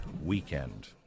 weekend